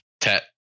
Tet